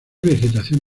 vegetación